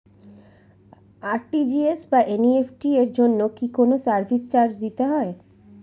RTGS বা NEFT এর জন্য কি কোনো সার্ভিস চার্জ দিতে হয়?